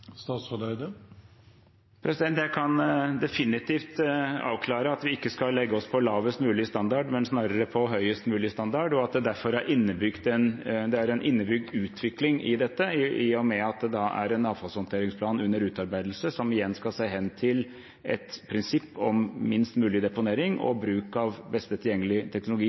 Jeg kan definitivt avklare at vi ikke skal legge oss på lavest mulig standard, men snarere på høyest mulig standard, og at det derfor er en innebygd utvikling i dette, i og med at det er en avfallshåndteringsplan under utarbeidelse, som igjen skal se hen til et prinsipp om minst mulig deponering, og bruk av den beste